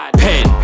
pen